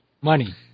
Money